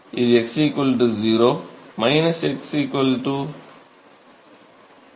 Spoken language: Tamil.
இது x 0 x L ஆகும்